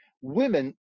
women